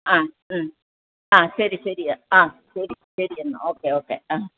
ആ ആ ശരി ശരി ആ ആ ശരി ശരി എന്നാൽ ഓക്കെ ഓക്കെ ആ